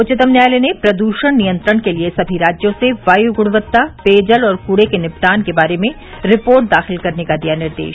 उच्चतम न्यायालय ने प्रदूषण नियंत्रण के लिए सभी राज्यों से वायु गुणवत्ता पेयजल और कूड़े के निपटान के बारे में रिपोर्ट दाखिल करने का दिया निर्देश